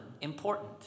important